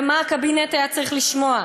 ומה הקבינט היה צריך לשמוע: